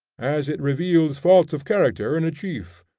as it reveals faults of character in a chief,